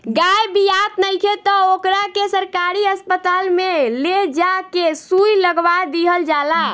गाय बियात नइखे त ओकरा के सरकारी अस्पताल में ले जा के सुई लगवा दीहल जाला